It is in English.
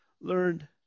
learned